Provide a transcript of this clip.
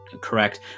correct